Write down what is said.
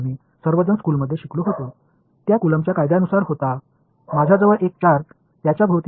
அந்த வகையான விஷயங்களைச் சுற்றியுள்ள புலம் என்ன என்று எனக்கு ஒரு சார்ஜ் உள்ளது